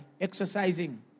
exercising